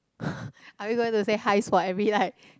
are we going to say his for every like